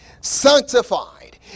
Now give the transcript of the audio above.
sanctified